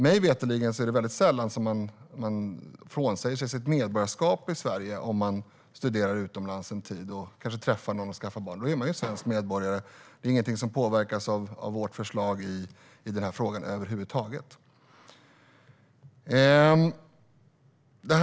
Mig veterligen är det nämligen väldigt sällan man avsäger sig sitt medborgarskap i Sverige om man studerar utomlands en tid och kanske träffar någon och skaffar barn. Då är man svensk medborgare, och det är ingenting som påverkas av vårt förslag i denna fråga över huvud taget.